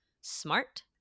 smart